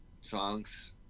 songs